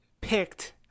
picked